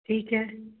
ठीक है